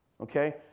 Okay